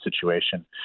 situation